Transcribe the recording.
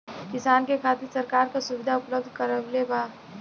किसान के खातिर सरकार का सुविधा उपलब्ध करवले बा?